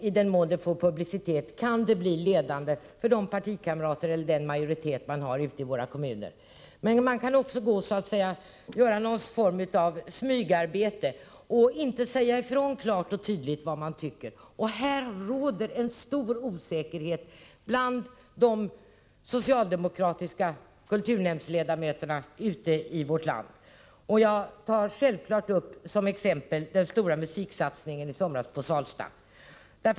I den mån det blir publicitet kring det, kan ett svar bli ledande för de partikamrater eller den majoritet man har i olika kommuner. Men man kan också bedriva någon form av smygarbete och inte säga ifrån klart och tydligt vad man tycker, och här råder en stor osäkerhet bland de socialdemokratiska kulturnämndsledamöterna i vårt land. Jag tar självklart upp som exempel den stora musiksatsningen i somras på Salsta.